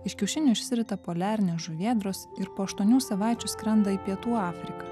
iš kiaušinių išsirita poliarinės žuvėdros ir po aštuonių savaičių skrenda į pietų afriką